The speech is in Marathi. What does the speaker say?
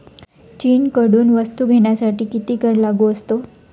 चीनकडून वस्तू घेण्यासाठी किती कर लागू असतो?